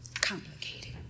Complicated